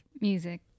music